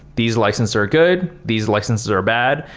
these licenses are good. these licenses are bad.